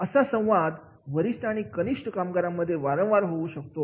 ' असा संवाद वरिष्ठ आणि कनिष्ठ कामगारांमध्ये वारंवार होऊ शकतो